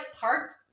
parked